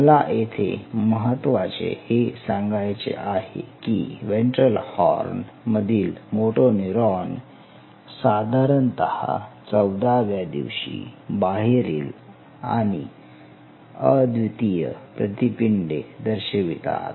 मला येथे महत्त्वाचे हे सांगायचे आहे की व्हेंट्रल हॉर्न मधील मोटोनेरॉन साधारणतः चौदाव्या दिवशी बाहेरील किंवा अद्वितीय प्रतिपिंडे दर्शवितात